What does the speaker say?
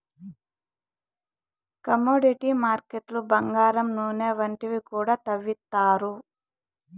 commodity మార్కెట్లు బంగారం నూనె వంటివి కూడా తవ్విత్తారు